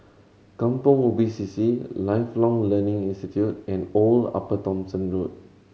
Kampong Ubi C C Lifelong Learning Institute and Old Upper Thomson Road